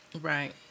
right